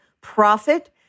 profit